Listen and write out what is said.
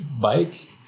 bike